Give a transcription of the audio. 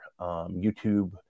YouTube